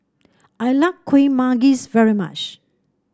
I like Kueh Manggis very much